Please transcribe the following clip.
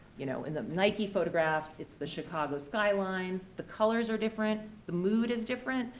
you know in the nike photograph, it's the chicago skyline. the colors are different. the mood is different.